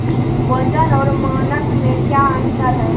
वजन और मानक मे क्या अंतर हैं?